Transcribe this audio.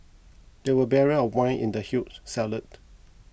there were barrel of wine in the huge cellar